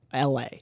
LA